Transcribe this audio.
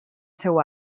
seu